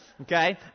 Okay